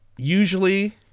Usually